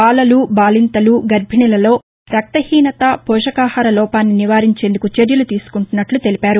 బాలలు బాలింతలు గర్బిణీలలో రక్త హీసత పోషకాహార లోపాన్ని నివారించేందుకు చర్యలు తీసుకుంటున్నట్లు తెలిపారు